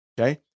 Okay